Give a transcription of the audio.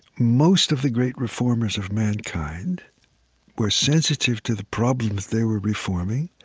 most of the great reformers of mankind were sensitive to the problems they were reforming,